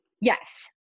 Yes